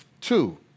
two